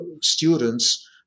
students